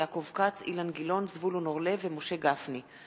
כי הונחו היום על שולחן הכנסת,